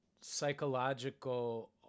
psychological